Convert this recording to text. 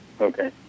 Okay